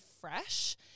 fresh